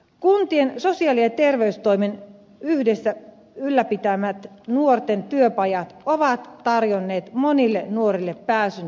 kuntien sosiaali ja terveystoimen yhdessä ylläpitämät nuorten työpajat ovat tarjonneet monille nuorille pääsyn työelämään